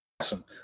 Awesome